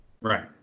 Right